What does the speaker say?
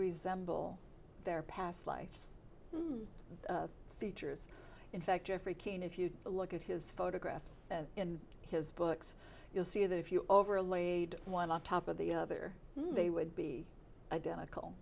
resemble their past life features in fact jeffrey cain if you look at his photographs in his books you'll see that if you over laid one on top of the other they would be identical